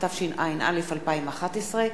התשע”א 2011,